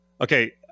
Okay